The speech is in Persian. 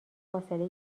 فاصله